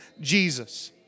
Jesus